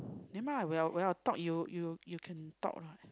nevermind ah when I when I talk you you you can talk lah